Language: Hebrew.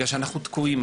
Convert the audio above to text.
אנחנו תקועים.